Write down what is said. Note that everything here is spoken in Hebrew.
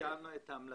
אישרנו את ההמלצות.